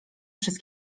przez